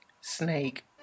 Snake